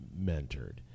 mentored